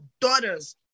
daughters